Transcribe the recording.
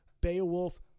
Beowulf